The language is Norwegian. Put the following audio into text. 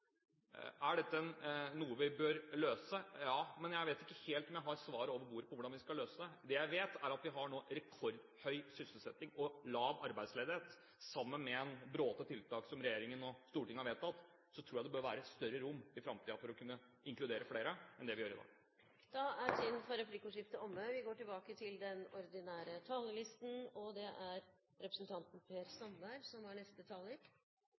Er dette noe vi bør løse? Ja, men jeg vet ikke helt om jeg har svaret over bordet på hvordan vi skal løse det. Det jeg vet, er at vi nå har rekordhøy sysselsetting og lav arbeidsledighet. Sammen med en bråte tiltak som regjeringen og Stortinget har vedtatt, tror jeg det bør være større rom i framtiden for å inkludere flere enn det vi gjør i dag. Replikkordskiftet er omme. Mye av denne debatten har vi